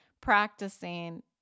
practicing